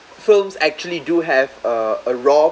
films actually do have a a raw